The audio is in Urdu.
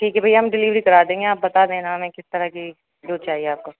ٹھیک ہے بھیا ہم ڈیلیوری کرا دیں گے آپ بتا دینا ہمیں کس طرح کی جو چاہیے آپ کو